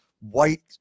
white